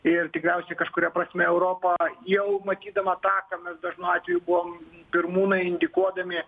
ir tikriausiai kažkuria prasme europa jau matydam ataką dažnu atveju buvom pirmūnai indikuodami